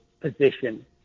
position